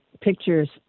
pictures